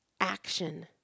action